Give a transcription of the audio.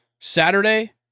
Saturday